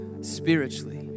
spiritually